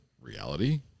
reality